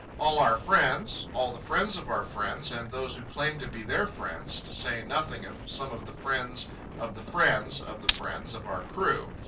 all our friends, all the friends of our friends and those who claimed to be their friends, to say nothing of some of the friends of the friends of the friends of our crew.